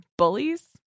bullies